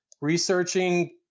researching